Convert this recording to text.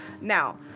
Now